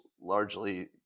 largely